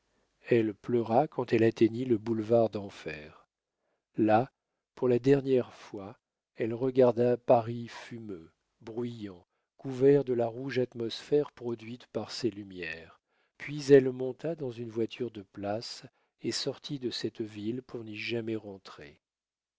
elle pleura quand elle atteignit le boulevard d'enfer là pour la dernière fois elle regarda paris fumeux bruyant couvert de la rouge atmosphère produite par ses lumières puis elle monta dans une voiture de place et sortit de cette ville pour n'y jamais rentrer